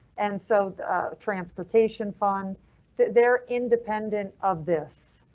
and so transportation fund their independent of this.